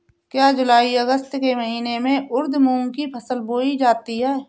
क्या जूलाई अगस्त के महीने में उर्द मूंग की फसल बोई जाती है?